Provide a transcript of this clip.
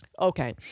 Okay